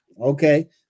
Okay